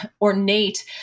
ornate